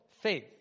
faith